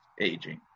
aging